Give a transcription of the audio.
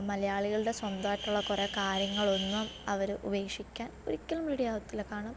മലയാളികളുടെ സ്വന്തമായിട്ടുള്ള കുറേ കാര്യങ്ങളൊന്നും അവർ ഉപേക്ഷിക്കാൻ ഒരിക്കലും റെഡിയാവത്തില്ല കാരണം